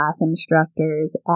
instructors